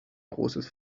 großes